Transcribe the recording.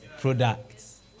products